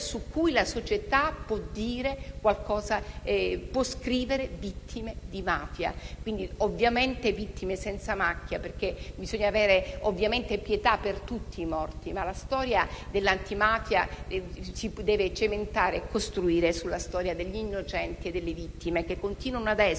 di cui la società può scrivere che sono vittime di mafia e, quindi, ovviamente vittime senza macchia. È vero che bisogna avere pietà per tutti i morti, ma la storia dell'antimafia si deve cementare e costruire sulla storia degli innocenti e delle vittime che continuano a esserci.